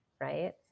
right